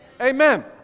Amen